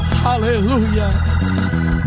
hallelujah